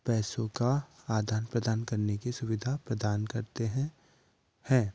पैसों का आदान प्रदान करने कि सुविधा प्रदान करते हैं हैं